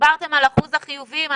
דיברתם על אחוז החיוביים.